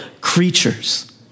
creatures